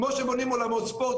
כמו שבונים אולמות ספורט,